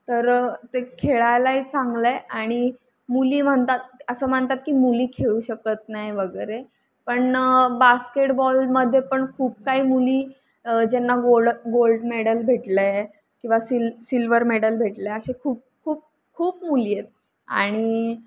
तर ते खेळायलाही चांगलं आहे आणि मुली म्हणतात असं म्हणतात की मुली खेळू शकत नाही वगैरे पण बास्केटबॉलमध्ये पण खूप काही मुली ज्यांना गोल्ड गोल्ड मेडल भेटलं आहे किंवा सिल् सिल्वर मेडल भेटलं असे खूप खूप खूप मुली आहेत आणि